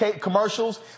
commercials